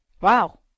Wow